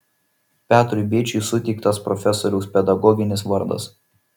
petrui bėčiui suteiktas profesoriaus pedagoginis vardas